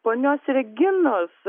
ponios reginos